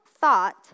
thought